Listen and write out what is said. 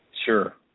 sure